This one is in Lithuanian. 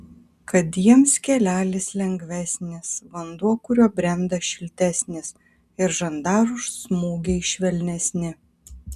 kad jiems kelelis lengvesnis vanduo kuriuo brenda šiltesnis ir žandarų smūgiai švelnesni